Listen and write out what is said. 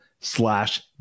slash